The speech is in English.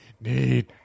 need